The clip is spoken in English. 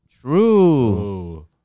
True